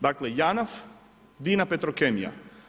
Dakle JANAF, Dina Petrokemija.